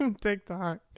TikTok